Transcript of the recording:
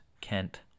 Kent